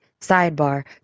sidebar